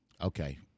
Okay